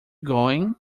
going